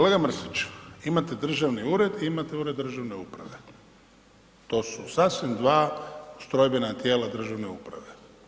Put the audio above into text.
Kolega Mrsić, imate Državni ured i imate Ured državne uprave, to su sasvim dva ustrojbena tijela državne uprave.